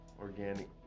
Organic